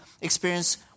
experience